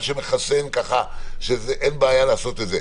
לעשות זאת.